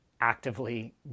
actively